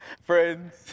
Friends